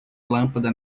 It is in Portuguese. lâmpada